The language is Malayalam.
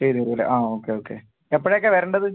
ചെയ്തുതരും അല്ലേ ആ ഓക്കെ ഓക്കെ എപ്പോഴേക്കാണ് വരേണ്ടത്